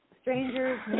Strangers